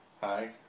Hi